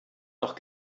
noch